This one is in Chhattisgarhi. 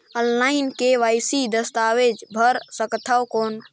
ऑनलाइन के.वाई.सी दस्तावेज भर सकथन कौन?